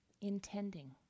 intending